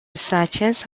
researches